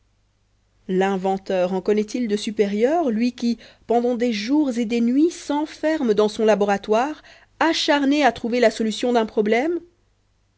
l'inventeur en connaît-il de supérieures lui qui pendant des jours et des nuits s'enferme dans son laboratoire acharné à trouver la solution d'un problème